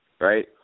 right